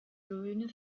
löhne